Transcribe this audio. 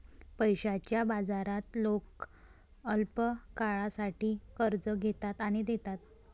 पैशाच्या बाजारात लोक अल्पकाळासाठी कर्ज घेतात आणि देतात